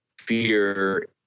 fear